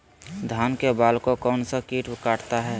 धान के बाल को कौन सा किट काटता है?